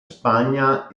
spagna